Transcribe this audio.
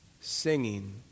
singing